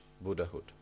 Buddhahood